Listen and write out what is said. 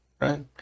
right